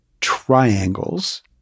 triangles